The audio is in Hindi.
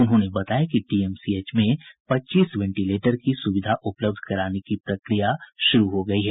उन्होंने बताया कि डीएमसीएच में पच्चीस वेंटिलेटर की सुविधा उपलब्ध कराने की प्रक्रिया शुरू हो गयी है